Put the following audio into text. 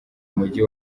umujyi